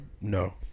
no